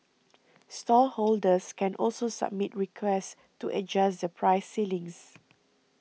stallholders can also submit requests to adjust the price ceilings